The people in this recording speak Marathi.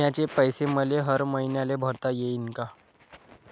बिम्याचे पैसे मले हर मईन्याले भरता येईन का?